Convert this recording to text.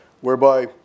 whereby